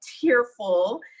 tearful